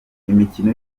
imikino